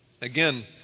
Again